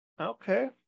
Okay